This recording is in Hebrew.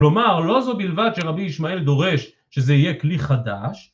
כלומר, לא זו בלבד שרבי ישמעאל דורש שזה יהיה כלי חדש.